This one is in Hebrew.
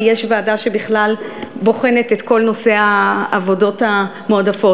כי יש ועדה שבכלל בוחנת את כל נושא העבודות המועדפות.